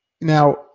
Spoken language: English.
now